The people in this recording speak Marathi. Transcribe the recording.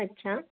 अच्छा